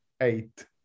eight